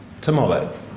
tomorrow